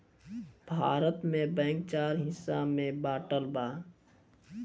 भारत में बैंक चार हिस्सा में बाटल बा